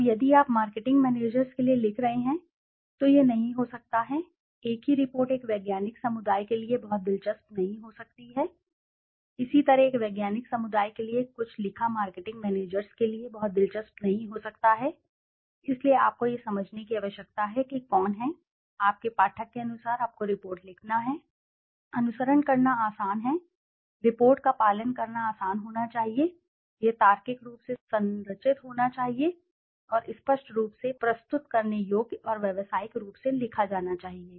अब यदि आप मार्केटिंग मैनेजर्स के लिए लिख रहे हैं तो यह नहीं हो सकता है एक ही रिपोर्ट एक वैज्ञानिक समुदाय के लिए बहुत दिलचस्प नहीं हो सकती है इसी तरह एक वैज्ञानिक समुदाय के लिए कुछ लिखा मार्केटिंग मैनेजर्स के लिए बहुत दिलचस्प नहीं हो सकता है इसलिए आपको यह समझने की आवश्यकता है कि कौन है आपके पाठक के अनुसार आपको रिपोर्ट लिखना है अनुसरण करना आसान है रिपोर्ट का पालन करना आसान होना चाहिए यह तार्किक रूप से संरचित होना चाहिए और स्पष्ट रूप से प्रस्तुत करने योग्य और व्यावसायिक रूप से लिखा जाना चाहिए